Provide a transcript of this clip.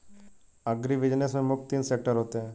agribusiness में मुख्य तीन सेक्टर होते है